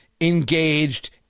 engaged